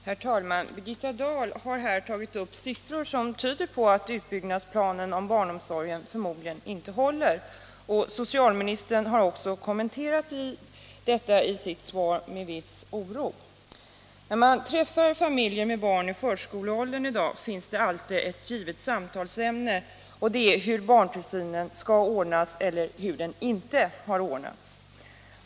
Herr talman! Birgitta Dahl har tagit fram siffror som tyder på avt utbyggnadsplanen för barnomsorgen förmodligen inte håller. Socialministern har också i sitt svar uttryckt viss oro härför. När man i dag träffar familjer med barn i förskoleåldern finns det alltid ett givet samtalsämne — hur barntillsynen skall ordnas eller hur den inte har ordnats.